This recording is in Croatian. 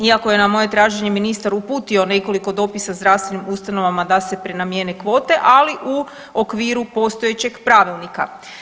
Iako je na moje traženje ministar uputio nekoliko dopisa zdravstvenim ustanovama da se prenamijene kvote ali u okviru postojećeg pravilnika.